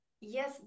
yes